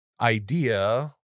idea